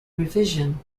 revision